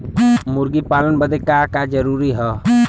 मुर्गी पालन बदे का का जरूरी ह?